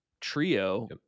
trio